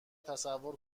تصور